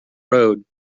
road